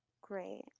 Great